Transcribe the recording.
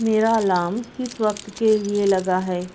میرا الام کس وقت کے لیے لگا ہے